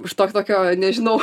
iš to tokio nežinau